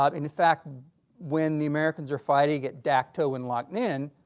um in fact when the americans are fighting at dak to and lok minh